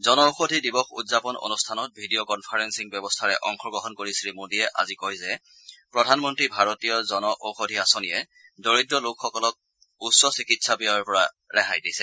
জন ঔষধি দিৱস উদযাপন অনুষ্ঠানত ভিডিঅ কনফাৰেগিং ব্যৱস্থাৰে অংশগ্ৰহণ কৰি শ্ৰীমোদীয়ে আজি কয় যে প্ৰধানমন্ত্ৰী ভাৰতীয় জন ঔষধি আঁচনিয়ে দৰিদ্ৰলোকসকলক উচ্চ চিকিৎসা ব্যয়ৰ পৰা ৰেহাই দিছে